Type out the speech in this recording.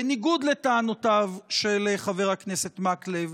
בניגוד לטענותיו של חבר הכנסת מקלב,